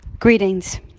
Greetings